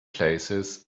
places